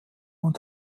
und